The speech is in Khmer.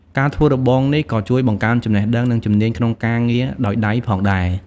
ការធ្វើរបងនេះក៏ជួយបង្កើនចំណេះដឹង និងជំនាញក្នុងការងារដោយដៃផងដែរ។